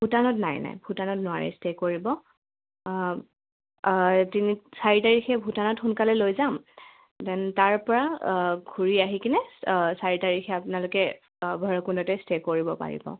ভূটানত নাই নাই ভূটানত নোৱাৰি ষ্টে' কৰিব তিনি চাৰি তাৰিখে ভূটানত সোনকালে লৈ যাম দেন তাৰপৰা ঘূৰি আহি কিনে চাৰি তাৰিখে আপোনালোকে ভৈৰৱকুণ্ডতে ষ্টে' কৰিব পাৰিব